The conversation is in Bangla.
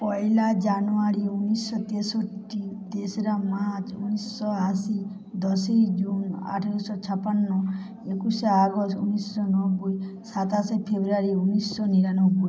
পয়লা জানুয়ারি ঊনিশশো তেষট্টি তেসরা মার্চ ঊনিশশো আশি দশই জুন আঠেরোশো ছাপ্পান্ন একুশে আগস্ট ঊনিশশো নব্বই সাতাশে ফেব্রুয়ারি ঊনিশশো নিরানব্বই